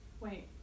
wait